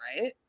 right